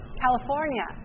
California